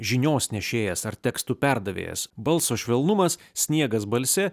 žinios nešėjas ar tekstų perdavėjas balso švelnumas sniegas balse